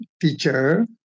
teacher